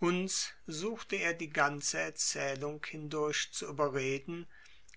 uns suchte er die ganze erzählung hindurch zu überreden